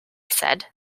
said